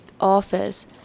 office